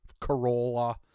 Corolla